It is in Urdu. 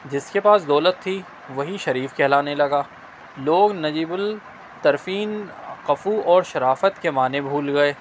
جس کے پاس دولت تھی وہی شریف کہلانے لگا لوگ نجیب الطرفین کفو اور شرافت کے معنیٰ بھول گئے